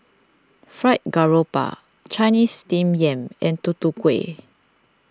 Fried Garoupa Chinese Steamed Yam and Tutu Kueh